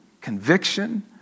conviction